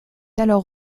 alors